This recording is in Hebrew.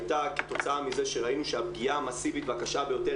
הייתה כתוצאה מזה שראינו שהפגיעה מאסיבית והקשה ביותר